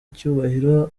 icyubahiro